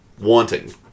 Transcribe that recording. wanting